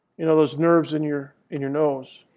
you know, those nerves in your in your nose.